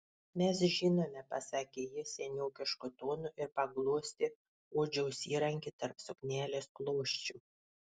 mes žinome pasakė ji seniokišku tonu ir paglostė odžiaus įrankį tarp suknelės klosčių